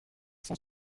cent